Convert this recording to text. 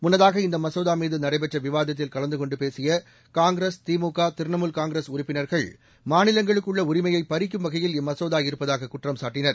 முன்னதாக இந்த மசோதா மீது நடைபெற்ற விவாதத்தில் கலந்து கொண்டு பேசிய காங்கிரஸ் திமுக திரிணாமுல் காங்கிரஸ் உறுப்பினர்கள் மாநிலங்களுக்கு உள்ள உரிமையை பறிக்கும் வகையில் இம்மசோதா இருப்பதாக குற்றம் சாட்டினார்